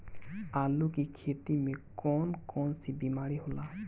आलू की खेती में कौन कौन सी बीमारी होला?